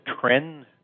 trend